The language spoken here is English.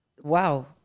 wow